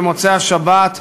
במוצאי השבת,